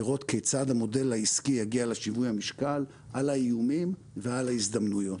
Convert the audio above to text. לראות כיצד המודל העסקי יגיע לשיווי המשקל על האיומים ועל ההזדמנויות.